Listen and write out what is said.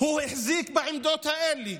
החזיק בעמדות האלה,